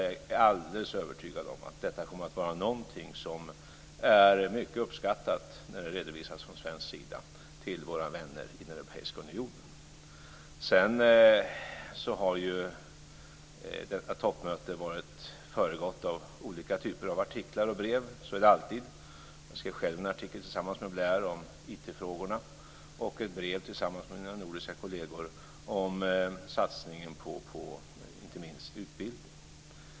Jag är alldeles övertygad om att detta kommer att vara något som är mycket uppskattat när det redovisas från svensk sida för våra vänner i den europeiska unionen. Detta toppmöte har ju föregåtts av olika typer av artiklar av brev. Så är det alltid. Jag skrev själv en artikel tillsammans med Blair om IT-frågorna och ett brev tillsammans med mina nordiska kolleger om satsningen inte minst på utbildning.